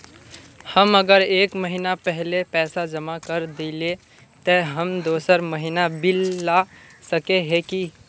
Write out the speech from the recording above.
हम अगर एक महीना पहले पैसा जमा कर देलिये ते हम दोसर महीना बिल ला सके है की?